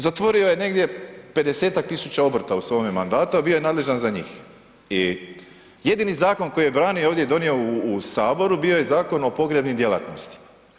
Zatvorio je negdje 50-tak tisuća obrta u svome mandatu, a bio je nadležan za njih i jedini zakon koji je branio ovdje, donio u Saboru, bio je Zakon o pogrebnim djelatnostima.